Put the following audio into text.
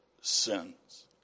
sins